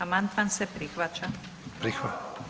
Amandman se prihvaća.